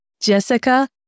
Jessica